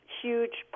huge